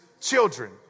children